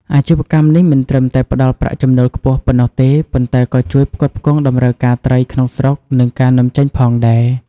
អាជីវកម្មនេះមិនត្រឹមតែផ្តល់ប្រាក់ចំណូលខ្ពស់ប៉ុណ្ណោះទេ ប៉ុន្តែក៏ជួយផ្គត់ផ្គង់តម្រូវការត្រីក្នុងស្រុក និងការនាំចេញផងដែរ។